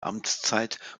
amtszeit